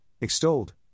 extolled